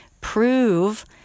prove